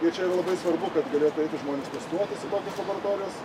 ir čia yra labai svarbu kad galėtų eiti žmonės testuotis į tokias laboratorijas